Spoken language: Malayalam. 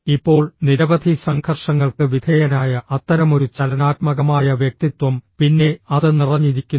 ഇപ്പോൾ നിരവധി സംഘർഷങ്ങൾക്ക് വിധേയനായ അത്തരമൊരു ചലനാത്മകമായ വ്യക്തിത്വം പിന്നെ അത് നിറഞ്ഞിരിക്കുന്നു